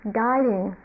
guiding